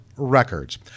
Records